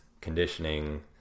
conditioning